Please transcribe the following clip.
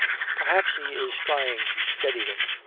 perhaps he is trying to steady them.